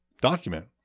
document